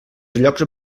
llocs